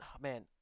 Man